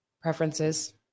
preferences